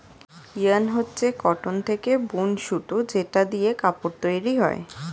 yarn হচ্ছে cotton থেকে বুন সুতো যেটা দিয়ে কাপড় তৈরী হয়